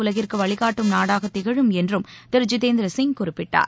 உலகிற்கு இந்தியா வழிகாட்டும் நாடாக திகழும் என்றும் திரு ஜிதேந்திர சிங் குறிப்பிட்டார்